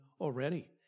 already